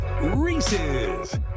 Reese's